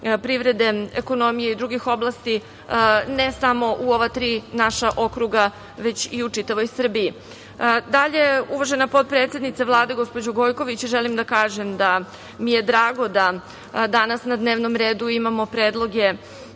privrede, ekonomije i drugih oblasti ne samo u ova tri naša okruga, već i u čitavoj Srbiji. Uvažena potpredsednice Vlade gospođo Gojković, želim da kažem da mi je drago da danas na dnevnom redu imamo predloge